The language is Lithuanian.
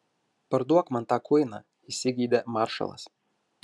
parduok man tą kuiną įsigeidė maršalas